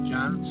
John